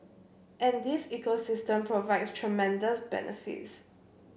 and this ecosystem provides tremendous benefits